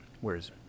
whereas